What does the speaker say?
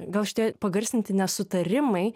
gal šitie pagarsinti nesutarimai